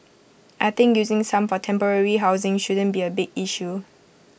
I think using some for temporary housing shouldn't be A big issue